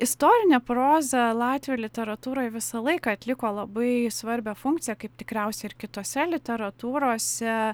istorinė proza latvių literatūroj visą laiką atliko labai svarbią funkciją kaip tikriausiai ir kitose literatūrose